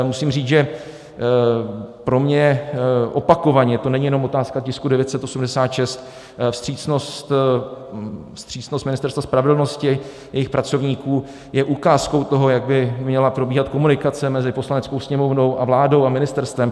Musím říct, že pro mě opakovaně, to není jenom otázka tisku 986, vstřícnost Ministerstva spravedlnosti, jejich pracovníků, je ukázkou toho, jak by měla probíhat komunikace mezi Poslaneckou sněmovnou a vládou a ministerstvem.